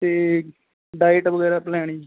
ਅਤੇ ਡਾਇਟ ਵਗੈਰਾ ਪਲੈਨ ਜੀ